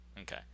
Okay